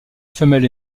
femelle